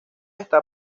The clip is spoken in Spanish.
está